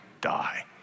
die